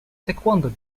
taekwondo